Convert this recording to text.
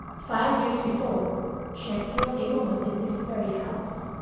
five years before she had killed a woman in this very house.